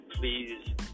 please